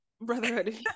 Brotherhood